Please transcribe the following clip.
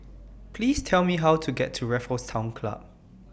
Please Tell Me How to get to Raffles Town Club